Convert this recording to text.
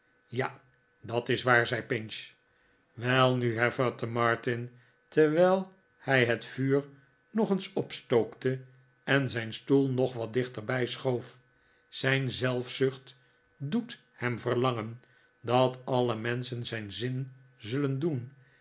ja dat is waar zei pinch welnu hervatte martin terwijl hij het vuur nog eens opstookte en zijn stoel nog wat dichterbij schoof zijn zelfzucht doet hem verlangen dat alle menschen zijn zin zullen doen